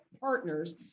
partners